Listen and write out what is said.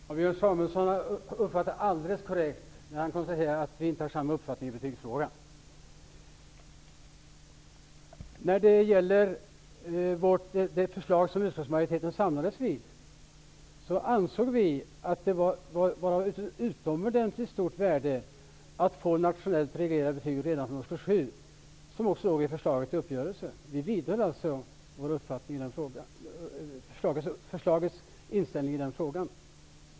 Herr talman! Björn Samuelson uppfattar alldeles korrekt när han konstaterar att vi inte har samma uppfattning i betygsfrågan. I det förslag utskottsmajoriteten samlades i ansåg vi att det var av utomordentligt stort värde att få nationellt reglerade betyg redan från årskurs 7. Detta fanns också med i förslaget till uppgörelse. Vi vidgade nu förslagets inställning i den frågan.